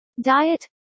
diet